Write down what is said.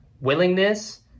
willingness